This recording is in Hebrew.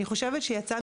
אני חושבת שיצאנו